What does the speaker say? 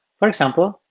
for example,